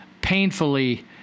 painfully